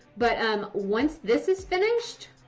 but um once this is finished.